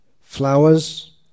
flowers